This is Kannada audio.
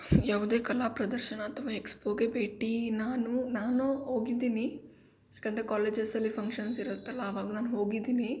ಯಾವುದೇ ಕಲಾ ಪ್ರದರ್ಶನ ಅಥವಾ ಎಕ್ಸ್ಪೋಗೆ ಭೇಟಿ ನಾನು ನಾನು ಹೋಗಿದ್ದೀನಿ ಯಾಕಂದರೆ ಕಾಲೇಜಸ್ಸಲ್ಲಿ ಫಂಕ್ಷನ್ಸ್ ಇರುತ್ತಲ್ಲ ಆವಾಗ ನಾನು ಹೋಗಿದ್ದೀನಿ